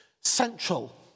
central